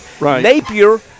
Napier